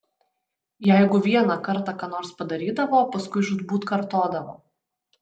jeigu vieną kartą ką nors padarydavo paskui žūtbūt kartodavo